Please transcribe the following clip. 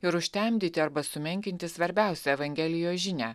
ir užtemdyti arba sumenkinti svarbiausią evangelijos žinią